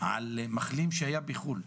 על מחלים שהיה בחוץ לארץ,